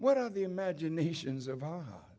what are the imaginations about how